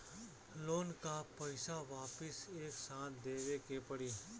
Loan का पईसा वापिस एक साथ देबेके पड़ी?